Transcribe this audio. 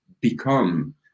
become